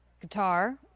guitar